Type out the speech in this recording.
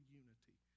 unity